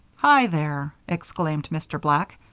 hi there! exclaimed mr. black,